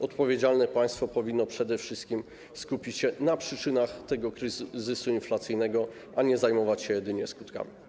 Odpowiedzialne państwo powinno przede wszystkim skupić się na przyczynach tego kryzysu inflacyjnego, a nie jedynie zajmować się jego skutkami.